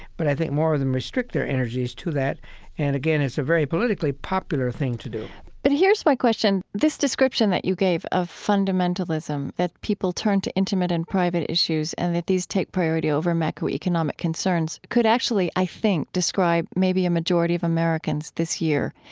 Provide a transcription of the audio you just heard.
but i think more of them restrict their energies to that and, again, it's a very politically popular thing to do but here's my question this description that you gave of fundamentalism, that people turn to intimate and private issues and that these take priority over macroeconomic concerns, could actually, i think, describe maybe a majority of americans this year.